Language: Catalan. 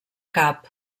cap